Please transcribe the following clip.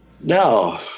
no